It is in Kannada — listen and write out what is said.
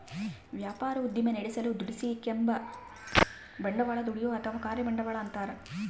ವ್ಯಾಪಾರ ಉದ್ದಿಮೆ ನಡೆಸಲು ದುಡಿಸಿಕೆಂಬ ಬಂಡವಾಳ ದುಡಿಯುವ ಅಥವಾ ಕಾರ್ಯ ಬಂಡವಾಳ ಅಂತಾರ